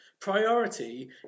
Priority